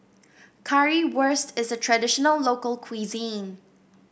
currywurst is a traditional local cuisine